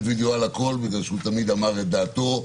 וידועה לכול בגלל שהוא תמיד אמר את דעתו.